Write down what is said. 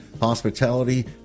Hospitality